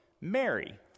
Mary